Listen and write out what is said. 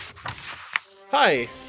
Hi